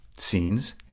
Scenes